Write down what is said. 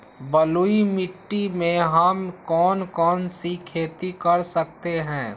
बलुई मिट्टी में हम कौन कौन सी खेती कर सकते हैँ?